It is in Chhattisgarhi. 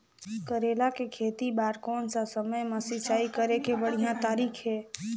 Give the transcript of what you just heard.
करेला के खेती बार कोन सा समय मां सिंचाई करे के बढ़िया तारीक हे?